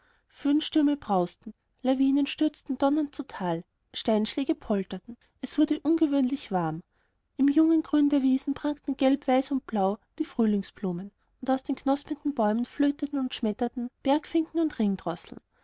schwinden föhnstürme brausten lawinen stürzten donnernd zu tal steinschläge polterten es wurde ungewöhnlich warm im jungen grün der wiesen prangten gelb weiß und blau die frühlingsblumen und aus den knospenden bäumen flöteten und schmetterten bergfinken und